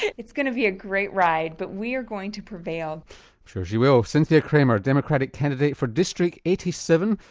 it's going to be a great ride but we are going to prevail. i'm sure she will, cynthia kramer, democratic candidate for district eighty seven,